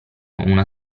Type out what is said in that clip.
una